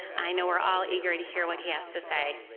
i know we're all eager to hear what he has to say.